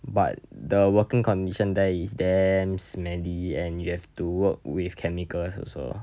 but the working condition there is damn smelly and you have to work with chemicals also